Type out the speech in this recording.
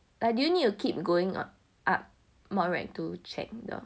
like do you need to keep going up to module rag to check the